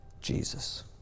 Jesus